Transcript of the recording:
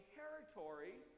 territory